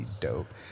dope